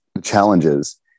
challenges